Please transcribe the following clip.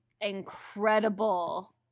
incredible